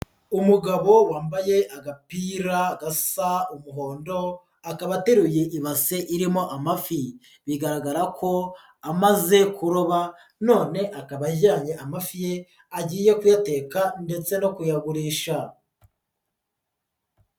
Umugabo wambaye agapira gasa umuhondo, akaba ateruye ibase irimo amafi. Bigaragara ko amaze kuroba none akaba ajyanye amafi ye, agiye kuyateka ndetse no kuyagurisha.